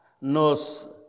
nos